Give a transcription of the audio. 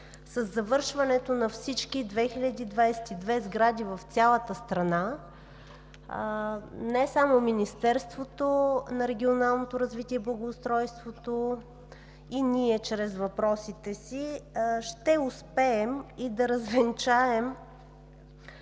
със завършването на всички 2022 сгради в цялата страна не само Министерството на регионалното развитие и благоустройството, а и ние, чрез въпросите си, ще успеем да развенчаем